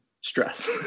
stress